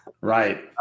right